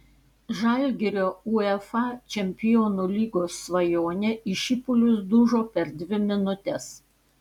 žalgirio uefa čempionų lygos svajonė į šipulius dužo per dvi minutes